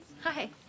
Hi